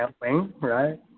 right